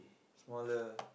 smaller